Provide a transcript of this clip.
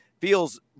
feels